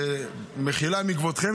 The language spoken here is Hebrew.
ובמחילה מכבודכם,